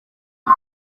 w’u